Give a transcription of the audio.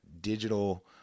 digital